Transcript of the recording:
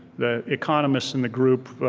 the economists in the group,